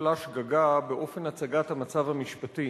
נפלה שגגה באופן הצגת המצב המשפטי